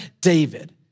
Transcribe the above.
David